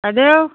বাইদেউ